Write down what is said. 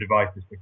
devices